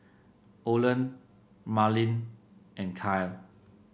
Olen Marlyn and Kyle